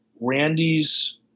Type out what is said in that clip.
Randy's